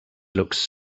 looks